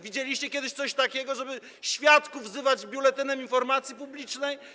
Widzieliście kiedyś coś takiego, żeby świadków wzywać poprzez Biuletyn Informacji Publicznej?